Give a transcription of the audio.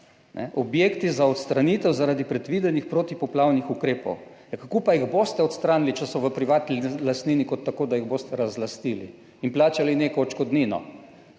objekti za odstranitev zaradi predvidenih protipoplavnih ukrepov. Ja kako pa jih boste odstranili, če so v privatni lastnini, če ne tako, da jih boste razlastili in plačali neko odškodnino?